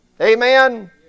Amen